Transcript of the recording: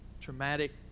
traumatic